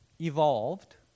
evolved